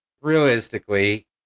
Realistically